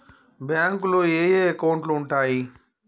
బ్యాంకులో ఏయే అకౌంట్లు ఉంటయ్?